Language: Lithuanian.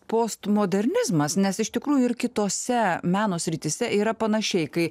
postmodernizmas nes iš tikrųjų ir kitose meno srityse yra panašiai kai